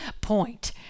point